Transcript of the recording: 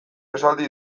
esaldi